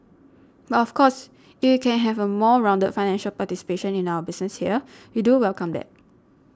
but of course if we can have a more rounded financial participation in our business here we do welcome that